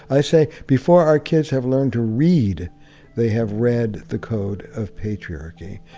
i say before our kids have learned to read they have read the code of patriarchy,